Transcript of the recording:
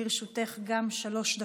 גם לרשותך שלוש דקות.